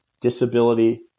Disability